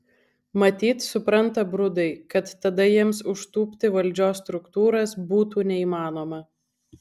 matyt supranta brudai kad tada jiems užtūpti valdžios struktūras būtų neįmanoma